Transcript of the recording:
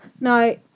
No